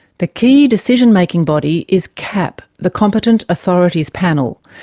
the key decision-making body is cap, the competent authorities panel,